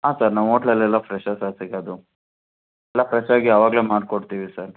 ಹಾಂ ಸರ್ ನಮ್ಮ ಓಟ್ಲಲ್ಲೆಲ್ಲ ಫ್ರೆಷೇ ಸರ್ ಸಿಗೋದು ಎಲ್ಲ ಫ್ರೆಷಾಗಿ ಆವಾಗಲೇ ಮಾಡಿಕೊಡ್ತೀವಿ ಸರ್